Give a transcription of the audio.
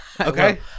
Okay